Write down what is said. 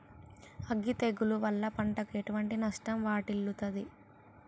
అగ్గి తెగులు వల్ల పంటకు ఎటువంటి నష్టం వాటిల్లుతది?